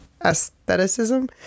aestheticism